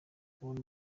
kubona